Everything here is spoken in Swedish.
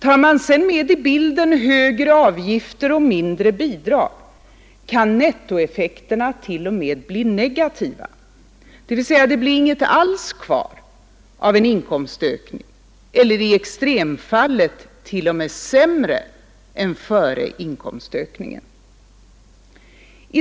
Tar man sedan med i bilden högre avgifter och mindre bidrag kan nettoeffekterna t.o.m. bli negativa — dvs. det blir inget alls kvar av en inkomstökning eller i extremfallet t.o.m. sämre än före inkomstökningen.